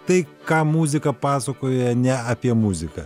tai ką muzika pasakoja ne apie muziką